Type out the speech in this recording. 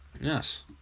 Yes